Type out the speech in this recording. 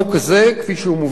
כפי שהוא מובא לכנסת,